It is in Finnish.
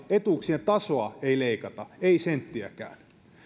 etuuksien tasoa ei leikata ei senttiäkään